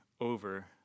over